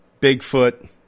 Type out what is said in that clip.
Bigfoot